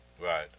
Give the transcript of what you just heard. Right